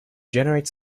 generate